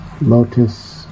Lotus